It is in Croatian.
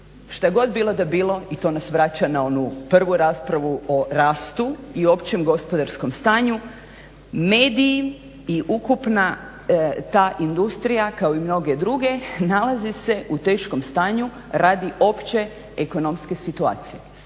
šta god bilo da bilo i to nas vraća na onu prvu raspravu o rastu i općem gospodarskom stanju, mediji i ukupna ta industrija kao i mnoge druge nalaze se u teškom stanju radi opće ekonomske situacije.